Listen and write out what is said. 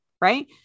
right